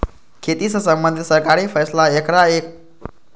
खेती सं संबंधित सरकारी फैसला एकरा आर नीक बनाबै मे मदति करै छै